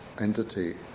entity